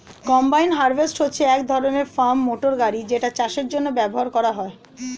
combine harvester হচ্ছে এক ধরণের ফার্ম মোটর গাড়ি যেটা চাষের জন্য ব্যবহার হয়